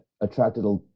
attracted